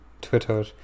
Twitter